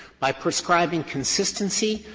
by proscribing consistency,